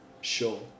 sure